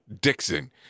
Dixon